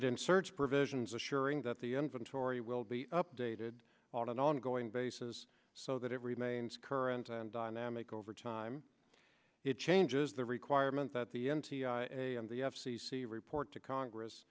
search provisions assuring that the inventory will be updated on an ongoing basis so that it remains current and dynamic over time it changes the requirement that the n t i a and the f c c report to congress